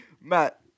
Matt